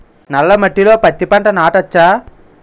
నల్ల మట్టిలో పత్తి పంట నాటచ్చా?